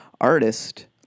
artist